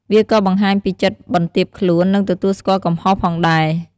វាក៏បង្ហាញពីចិត្តបន្ទាបខ្លួន និងទទួលស្គាល់កំហុសផងដែរ។